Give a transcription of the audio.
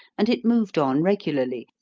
and it moved on regularly,